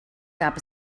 gab